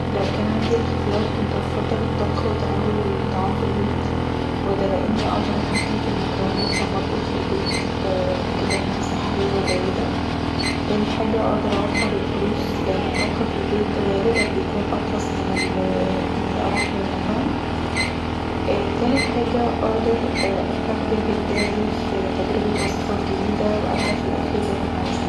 لو كان عندي الاختيار كنت افضل الطبخ وتناول الطعام في البيت وده لأني أقدر اتحكن في المكونات لما اطبخ في البيت واتأكد انها صحية وجيدة تاني حاجه اقدر اوفر الفلوس لأن الطبخ في البيت بيكون غالبا أرخص من اني اروح للمطعم تالت حاجه اقدر استخدم ابداعي في تجربة وصفات جديده وابدع في الأكل زي ما انا عايزه